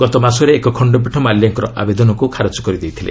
ଗତମାସରେ ଏକ ଖଣ୍ଡପୀଠ ମାଲ୍ୟାଙ୍କର ଆବେଦନକୁ ଖାରକ କରିଦେଇଥିଲେ